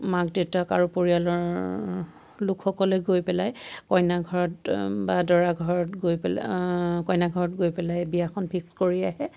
মাক দেউতাক আৰু পৰিয়ালৰ লোকসকলে গৈ পেলাই কইনা ঘৰত বা দৰা ঘৰত গৈ পেলাই কইনা ঘৰত গৈ পেলাই বিয়াখন ফিক্স কৰি আহে